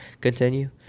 Continue